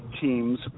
teams